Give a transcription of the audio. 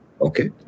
Okay